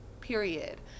period